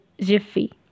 jiffy